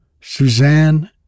Suzanne